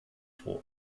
froh